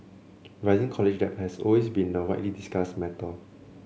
rising college debt has always been a widely discussed matter